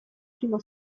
primo